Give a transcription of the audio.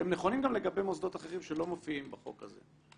שהם נכונים גם למוסדות אחרים שלא מופיעים בחוק הזה.